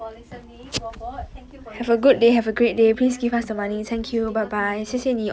for listening robot thank you for listening N_U_S student please give us money